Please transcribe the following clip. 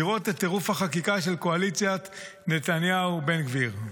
לראות את טירוף החקיקה של קואליציית נתניהו-בן גביר: